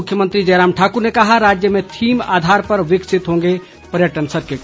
मुख्यमंत्री जयराम ठाक्र ने कहा राज्य में थीम आधार पर विकसित होंगे पर्यटन सर्किट